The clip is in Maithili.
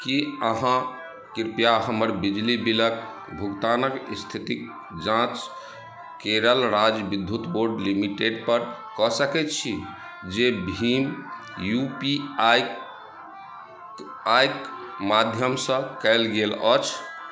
की अहाँ कृपया हमर बिजली बिलक भुगतानक स्थितिक जाँच केरल राज्य विद्युत बोर्ड लिमिटेड पर कऽ सकैत छी जे भीम यू पी आइ आइक माध्यमसँ कयल गेल अछि